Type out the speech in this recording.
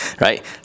right